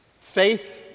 Faith